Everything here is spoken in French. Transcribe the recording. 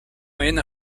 moyenne